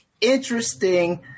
interesting